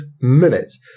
minutes